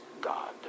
God